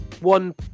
one